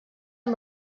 amb